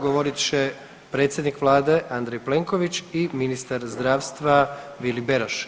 Govorit će predsjednik Vlade Andrej Plenković i ministar zdravstva Vili Beroš.